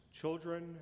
Children